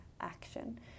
action